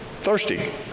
thirsty